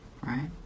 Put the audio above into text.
right